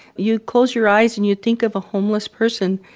you close your eyes and you think of a homeless person,